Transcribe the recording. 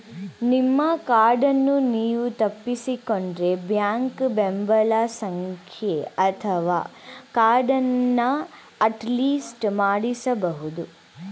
ನಿಮ್ಮ ಕಾರ್ಡನ್ನು ನೀವು ತಪ್ಪಿಸಿಕೊಂಡ್ರೆ ಬ್ಯಾಂಕ್ ಬೆಂಬಲ ಸಂಖ್ಯೆ ಅಥವಾ ಕಾರ್ಡನ್ನ ಅಟ್ಲಿಸ್ಟ್ ಮಾಡಿಸಬಹುದು